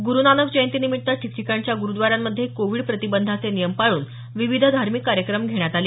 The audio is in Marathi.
ग्रुनानक जयंतीनिमित्त ठिकठिकाणच्या ग्रुद्वारांमध्ये कोविड प्रतिबंधाचे नियम पाळून विविध धार्मिक कार्यक्रम घेण्यात आले